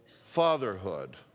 Fatherhood